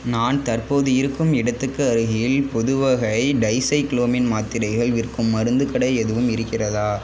நான் தற்போது இருக்கும் இடத்துக்கு அருகில் பொதுவகை டைசைக்ளோமின் மாத்திரைகள் விற்கும் மருந்துக் கடை எதுவும் இருக்கிறதா